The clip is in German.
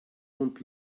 und